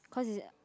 cause it's